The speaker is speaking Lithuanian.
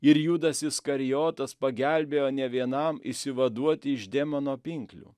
ir judas iskarijotas pagelbėjo ne vienam išsivaduoti iš demono pinklių